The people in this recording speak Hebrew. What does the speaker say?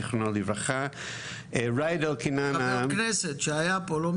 זכרונו לברכה --- חבר כנסת שהיה פה לא מזמן.